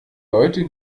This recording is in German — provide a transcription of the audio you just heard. leute